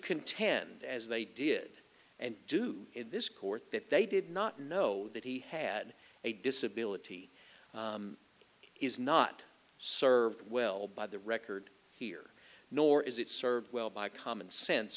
contend as they did and do in this court that they did not know that he had a disability is not served well by the record here nor is it served well by common sense